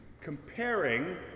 comparing